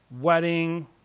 wedding